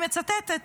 אני מצטטת: